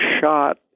shot